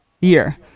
year